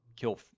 kill